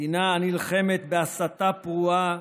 מדינה הנלחמת בהסתה פרועה,